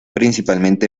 principalmente